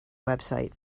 website